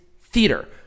theater